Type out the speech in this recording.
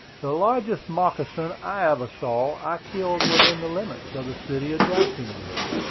the largest moccasin i ever saw i killed within the limits of the city of jacksonville.